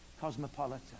cosmopolitan